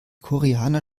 koreaner